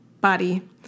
body